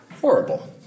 horrible